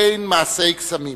אין מעשי קסמים,